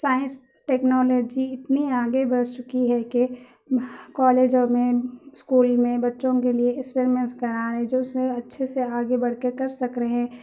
science technology اتنی آگے بڑھ چکی ہے کہ کالجوں میں اسکول میں بچوں کے لیے ایکسپریمنٹس کرائیں جس میں اچھے سے آگے بڑھ کے کر سک رہے ہیں